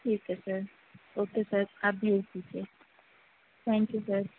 ٹھیک ہے sir okay sir آپ بھیج دیجیے تھینک یو سر